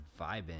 vibing